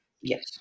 Yes